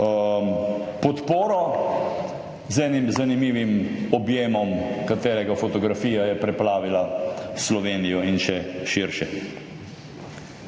podporo. Z enim zanimivim objemom, katerega fotografija je preplavila Slovenijo in še širše